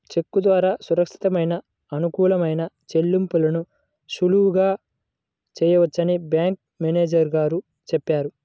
చెక్కు ద్వారా సురక్షితమైన, అనుకూలమైన చెల్లింపులను సులువుగా చేయవచ్చని బ్యాంకు మేనేజరు గారు చెప్పారు